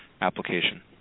application